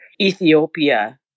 Ethiopia